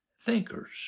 thinkers